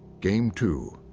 game two,